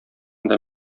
анда